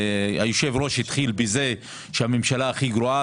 היושב-ראש התחיל בזה שהממשלה הכי גרועה,